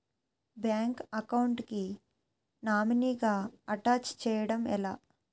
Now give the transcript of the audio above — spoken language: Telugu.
బ్యాంక్ అకౌంట్ కి నామినీ గా అటాచ్ చేయడం ఎలా?